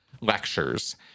lectures